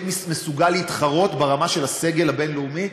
מסוגל להתחרות ברמה של הסגל הבין-לאומי,